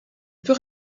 peut